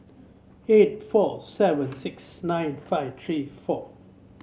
eight four seven six nine five three four